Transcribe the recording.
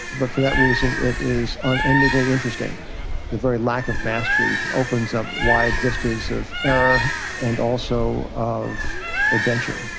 but for that reason it is unendingly interesting, the very lack of mastery opens up wide vistas of error and also of adventure.